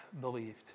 believed